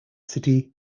city